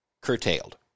curtailed